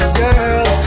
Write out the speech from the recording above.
girl